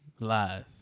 Live